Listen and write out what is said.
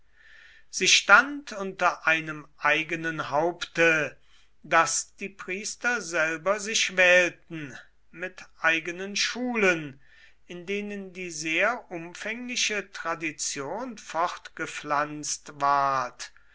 sie stand unter einem eigenen haupte das die priester selber sich wählten mit eigenen schulen in denen die sehr umfängliche tradition fortgepflanzt ward